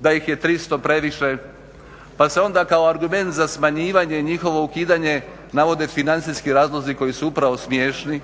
da ih je 300 previše, pa se onda kao argument za smanjivanje i njihovo ukidanje navode financijski razlozi koji su upravo smiješni.